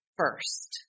first